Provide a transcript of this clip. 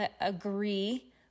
agree